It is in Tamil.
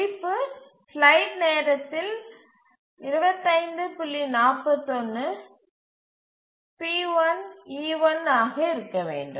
குறிப்பு ஸ்லைடு நேரத்தில் 2541 p1 e1 ஆக இருக்க வேண்டும்